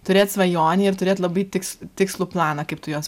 turėt svajonę ir turėt labai tiks tikslų planą kaip tu jos